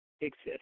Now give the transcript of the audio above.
exist